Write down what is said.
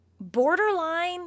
borderline